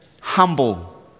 humble